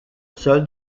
sol